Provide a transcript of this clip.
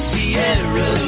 Sierra